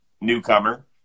Newcomer